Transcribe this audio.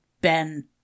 Ben